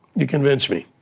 you convinced me.